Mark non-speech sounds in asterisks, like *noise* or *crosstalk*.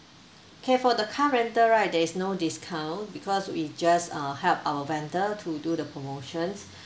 K for the car rental right there is no discount because we just uh help our vendor to do the promotions so *breath*